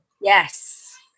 Yes